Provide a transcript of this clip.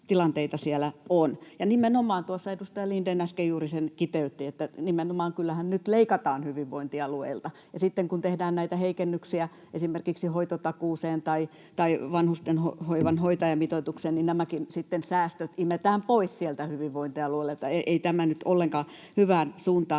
siellä on. Nimenomaan tuossa edustaja Lindén äsken juuri sen kiteytti, että kyllähän nyt leikataan hyvinvointialueilta ja sitten kun tehdään näitä heikennyksiä esimerkiksi hoitotakuuseen tai vanhustenhoivan hoitajamitoitukseen, niin nämäkin säästöt sitten imetään pois sieltä hyvinvointialueilta. Ei tämä nyt ollenkaan hyvään suuntaan